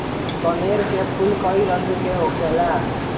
कनेर के फूल कई रंग के होखेला